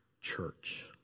church